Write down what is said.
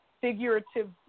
figurative